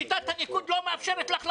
שיטת הניקוד לא מאפשרת לך לעבור.